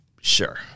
Sure